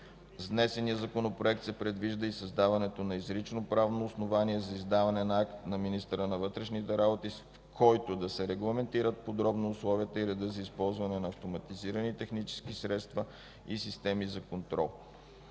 внесения Законопроект се предвижда и създаването на изрично правно основание за издаване на акт на министъра на вътрешните работи, в който да се регламентират подробно условията и редът за използване на автоматизирани технически средства и системи за контрол.